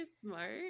smart